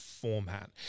format